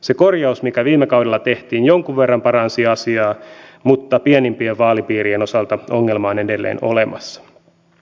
se korjaus mikä viime kaudella tehtiin jonkun verran paransi asiaa mutta pienimpien vaalipiirien osalta ongelma on edelleen olemassa